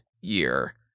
year